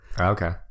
okay